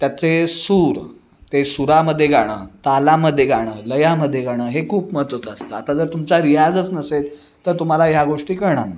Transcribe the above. त्याचे सूर ते सूरामध्ये गाणं तालामध्ये गाणं लयामध्ये गाणं हे खूप महत्वाचं असतं आता जर तुमचा रियाजच नसेल तर तुम्हाला ह्या गोष्टी कळणार नाही